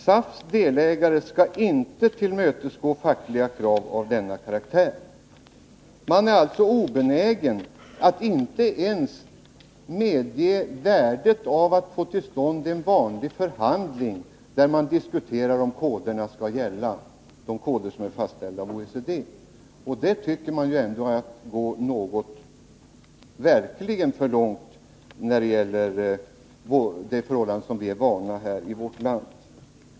SAF:s delägare skall inte tillmötesgå fackliga krav av denna karaktär.” Man vill alltså inte ens medge värdet av att få till stånd en vanlig förhandling, där man diskuterar om de koder skall gälla som är fastlagda av OECD. Det tycker jag är att verkligen gå för långt när det gäller förhållanden som vi är vana vid i vårt land.